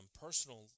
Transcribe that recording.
personal